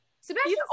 Sebastian